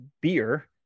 beer